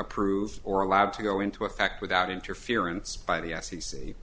approved or allowed to go into effect without interference by the f c c